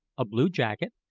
a blue jacket,